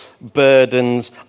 burdens